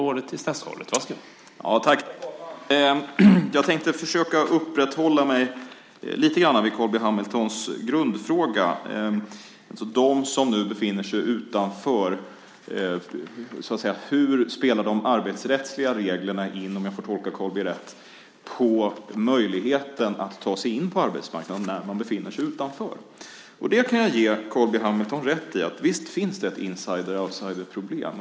Herr talman! Jag tänkte försöka uppehålla mig lite grann vid Carl B Hamiltons grundfråga, om dem som nu befinner sig utanför, om jag får tolka honom rätt: Hur spelar de arbetsrättsliga reglerna in på möjligheten att ta sig in på arbetsmarknaden när man befinner sig utanför? Jag kan ge Carl B Hamilton rätt i att det finns ett insider-outsider-problem.